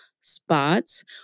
spots